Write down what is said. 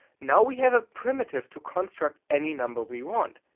now we have a primitive to construct any number we want.